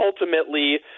ultimately